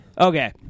okay